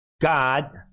God